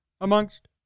amongst